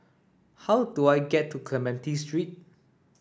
how do I get to Clementi Street